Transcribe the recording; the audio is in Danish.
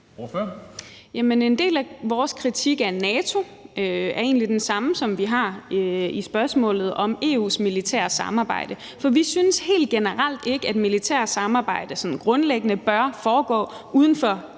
en del af vores kritik af NATO er egentlig den samme, som vi har i spørgsmålet om EU's militære samarbejde, for vi synes helt generelt ikke, at et militært samarbejde sådan grundlæggende bør foregå uden for de